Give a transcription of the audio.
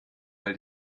weil